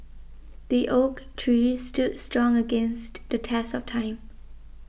the oak tree stood strong against the test of time